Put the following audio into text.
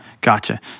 Gotcha